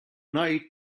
night